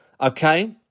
okay